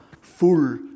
full